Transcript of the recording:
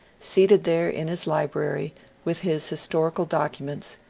seated there in his library with his historical documents,